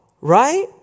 right